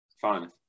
Fine